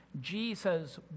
Jesus